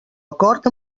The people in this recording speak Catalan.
acord